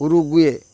ରୁଗୱେ